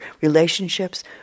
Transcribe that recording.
relationships